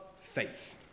faith